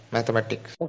Mathematics